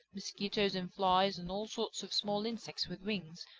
mosquitoes and flies and all sorts of small insects with wings.